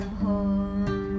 home